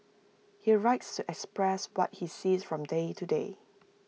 he writes to express what he sees from day to day